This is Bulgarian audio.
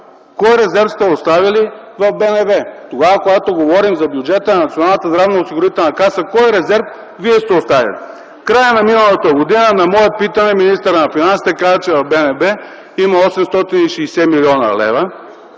Кой резерв сте оставили в БНБ?! Когато говорим за бюджета на Националната здравноосигурителна каса, кой резерв вие сте оставили? В края на миналата година на мое питане министърът на финансите каза, че в БНБ има 860 млн. лв.,